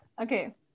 Okay